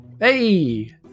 Hey